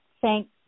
Thank